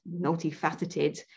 multifaceted